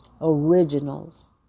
originals